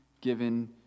given